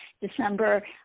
December